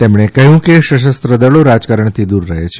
તેમણે કહ્યું કે સશસ્ત્ર દળો રાજકારણથી દૂર રહે છે